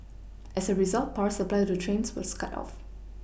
as a result power supply to the trains was cut off